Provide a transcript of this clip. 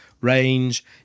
range